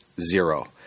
Zero